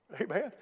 Amen